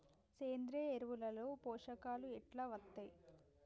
సేంద్రీయ ఎరువుల లో పోషకాలు ఎట్లా వత్తయ్?